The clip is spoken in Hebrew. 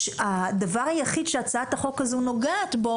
הדבר היחיד שהצעת החוק הזו נוגעת בו